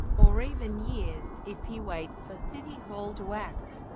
or even years, if he waits for city hall to act.